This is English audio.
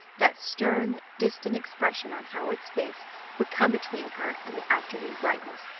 that stern, distant expression on howard's face would come between her and the afternoon brightness,